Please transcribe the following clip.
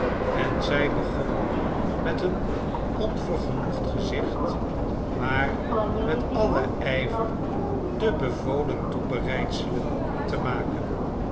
en zij begon met een onvergenoegd gezicht maar met alien ijver de bevolen toebereidselen te maken